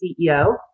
CEO